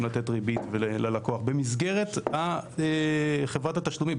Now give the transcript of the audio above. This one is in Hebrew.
לתת ריבית ללקוח במסגרת חברת התשלומים.